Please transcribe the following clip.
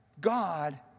God